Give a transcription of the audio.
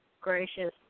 Gracious